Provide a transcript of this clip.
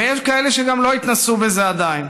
ויש כאלה שגם לא התנסו בזה עדיין